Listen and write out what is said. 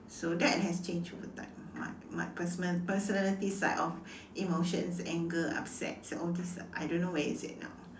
so that has changed over time my my personal~ personality side of emotions anger upset all this I don't know where is it now